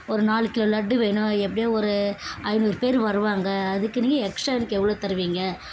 ஒரு நாலு கிலோ லட்டு வேணும் எப்படியும் ஒரு ஐந்நூறு பேர் வருவாங்கள் அதுக்கு நீங்கள் எக்ஸ்ட்ரா எனக்கு எவ்வளோ தருவீங்கள்